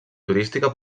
turística